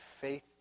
faith